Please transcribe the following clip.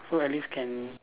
so at least can